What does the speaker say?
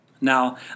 Now